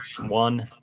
one